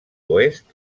oest